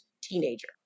teenager